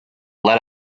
let